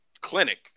clinic